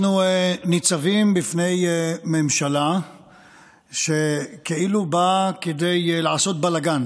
אנחנו ניצבים בפני ממשלה שכאילו באה כדי לעשות בלגן,